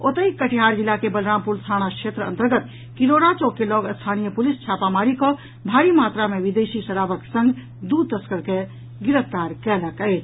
ओतहि कटिहार जिला के बलरामपुर थाना क्षेत्र अन्तर्गत किरोरा चौक के लऽग स्थानीय पुलिस छापेमारी कऽ भारी मात्रा मे विदेशी शराबक संग दू तस्तक के गिरफ्तार कयलक अछि